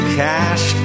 cash